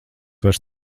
vairs